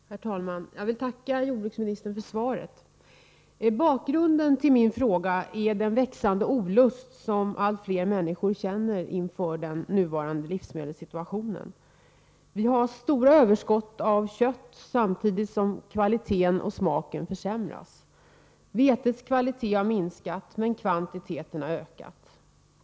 Herr talman! Jag vill tacka jordbruksministern för svaret. Bakgrunden till min fråga är den växande olust som allt fler människor känner inför den nuvarande livsmedelssituationen. Vi har stora överskott av kött, samtidigt som kvaliteten och smaken försämras. Vetets kvalitet har minskat, men kvantiteten har ökat.